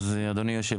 אדוני היושב-ראש,